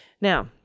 Now